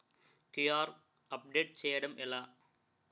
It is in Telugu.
క్యూ.ఆర్ అప్డేట్ చేయడం ఎలా?